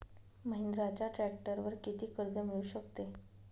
महिंद्राच्या ट्रॅक्टरवर किती कर्ज मिळू शकते?